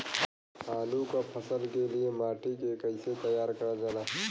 आलू क फसल के लिए माटी के कैसे तैयार करल जाला?